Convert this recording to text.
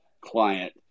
client